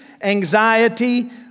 anxiety